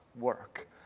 work